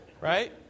right